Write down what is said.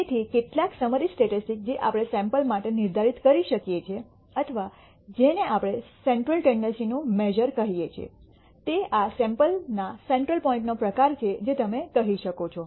તેથી કેટલાક summary statistics કે જે આપણે સૈમ્પલ માટે નિર્ધારિત કરી શકીએ છીએ અથવા જેને આપણે સેન્ટ્રલ ટેન્ડસી નું મેશ઼ર કહીએ છીએ તે આ સૈમ્પલના સેન્ટ્રલ પોઇન્ટ નો પ્રકાર છે જે તમે કહી શકો છો